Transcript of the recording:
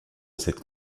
cette